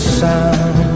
sound